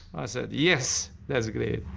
i said, yes, that's great.